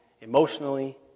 emotionally